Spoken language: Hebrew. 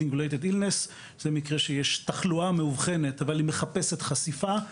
כשיש תחלואה מאובחנת המחפשת חשיפה.